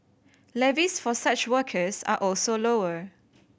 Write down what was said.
levies for such workers are also lower